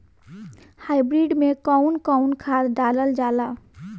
Hybrid में कउन कउन खाद डालल जाला?